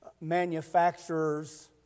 manufacturers